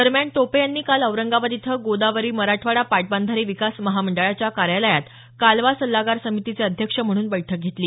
दरम्यान टोपे यांनी काल औरंगाबाद इथं गोदावरी मराठवाडा पाटबंधारे विकास महामंडळाच्या कार्यालयात कालवा सल्लागार समितीचे अध्यक्ष म्हणून बैठक घेतली